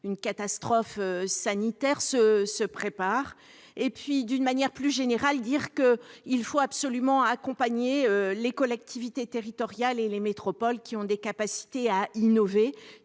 Une catastrophe sanitaire se prépare. D'une manière plus générale, il faut absolument entendre et accompagner les collectivités territoriales et les métropoles, qui ont des capacités à innover.